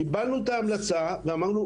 קבלנו את ההמלצה ואמרנו,